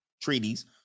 treaties